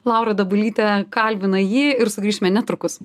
laura dabulytė kalbina jį ir sugrįšime netrukus